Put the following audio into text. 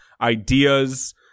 ideas